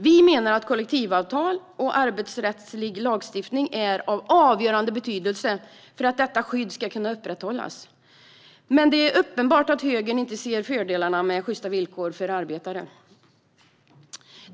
Vi menar att kollektivavtal och arbetsrättslig lagstiftning är av avgörande betydelse för att detta skydd ska kunna upprätthållas, men det är uppenbart att högern inte ser fördelarna med sjysta villkor för arbetare.